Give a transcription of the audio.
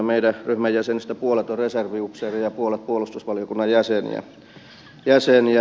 meidän ryhmän jäsenistä puolet on reservin upseereja ja puolet puolustusvaliokunnan jäseniä